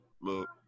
look